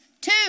Two